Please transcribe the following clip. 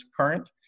current